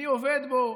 אני עובד בו,